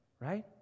Right